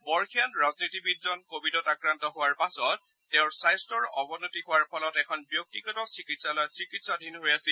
বৰ্ষীয়ান ৰাজনীতিবিদজন ক ভিডত আক্ৰান্ত হোৱাৰ পাছত তেওঁৰ স্বাস্থৰ অৱনতি হোৱাৰ পাছত এখন ব্যক্তিগত চিকিৎসাধীন হৈ আছিল